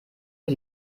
für